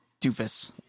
doofus